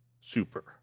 super